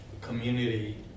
community